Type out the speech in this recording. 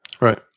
Right